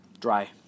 dry